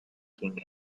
king